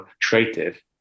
creative